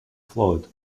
flawed